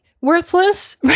worthless